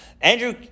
Andrew